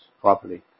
properly